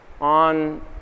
on